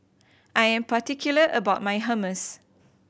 I am particular about my Hummus